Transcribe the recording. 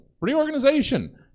reorganization